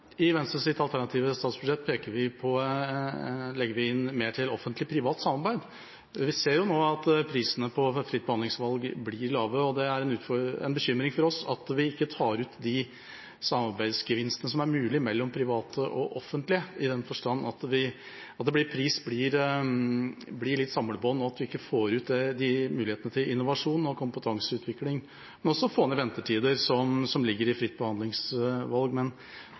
I Venstres alternative statsbudsjett legger vi inn mer til offentlig–privat samarbeid. Vi ser nå at prisene ved fritt behandlingsvalg blir lave, og det er en bekymring for oss at vi ikke tar ut de samarbeidsgevinstene som er mulig mellom private og offentlige, i den forstand at pris blir litt samlebånd, og at man ikke får ut mulighetene til innovasjon og kompetanseutvikling, men også når det gjelder å få ned ventetider som ligger i fritt behandlingsvalg,